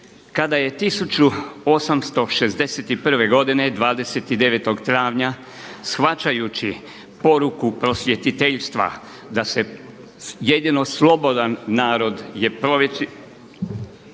Kada je 1861. godine 29. travnja shvaćajući poruku prosvjetiteljstva da je jedino prosvijećen narod slobodan